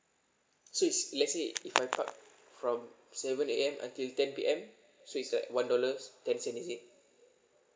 so it's let's say if I park from seven A_M until ten P_M so it's like one dollar ten cent is it